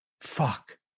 Fuck